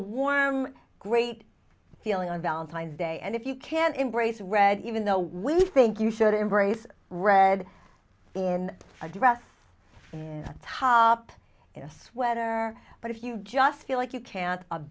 warm great feeling on valentine's day and if you can embrace red even though we think you should embrace red in a dress up in a sweater but if you just feel like you can